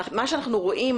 את התוצאה אנחנו רואים